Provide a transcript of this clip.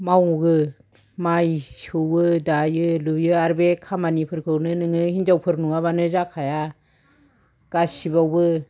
मावो माय सौवो दायो लुयो आरो बे खामानिफोरखौनो नोङो हिनजावफोर नङाबानो जाखाया गासिबावबो